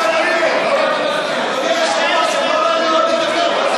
אדוני היושב-ראש, הם לא נותנים לו לדבר.